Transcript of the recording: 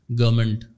government